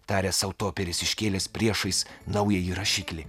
tarė sau toperis iškėlęs priešais naująjį rašiklį